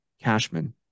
Cashman